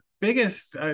biggest